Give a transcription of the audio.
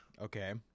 Okay